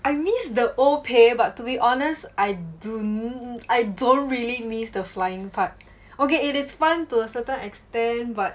I miss the old pay but to be honest I do n~ I don't really miss the flying part okay it is fun to a certain extent but